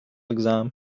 exam